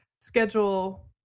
schedule